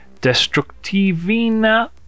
Destructivina